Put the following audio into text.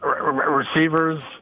receivers